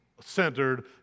centered